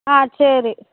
ஆ சரி